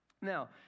Now